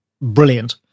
brilliant